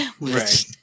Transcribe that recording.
right